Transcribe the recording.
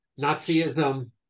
Nazism